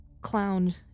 clown